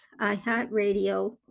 iHeartRadio